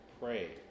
Pray